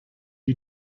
you